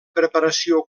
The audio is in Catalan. preparació